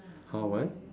!huh! what